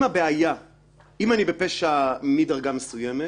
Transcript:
אם יש דברים חדשניים,